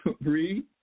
Read